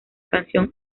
canción